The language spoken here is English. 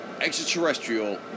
extraterrestrial